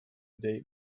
date